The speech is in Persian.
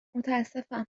متاسفم